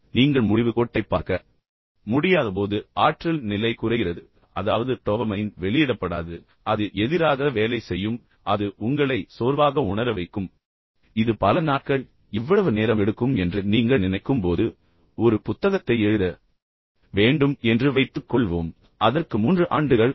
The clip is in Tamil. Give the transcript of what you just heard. நீங்கள் முடிவு கோட்டைப் பார்க்க முடியாதபோது ஆற்றல் நிலை குறைகிறது அதாவது டோபமைன் வெளியிடப்படாது அது எதிராக வேலை செய்யும் அது உங்களை சோர்வாக உணர வைக்கும் இது பல நாட்கள் இவ்வளவு நேரம் எடுக்கும் என்று நீங்கள் நினைக்கும் போது இது நேரத்தை நேரத்தை எடுக்கும் ஒரு புத்தகத்தை எழுத வேண்டும் என்று வைத்துக்கொள்வோம் அதற்கு 3 ஆண்டுகள் ஆகும்